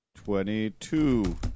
Twenty-two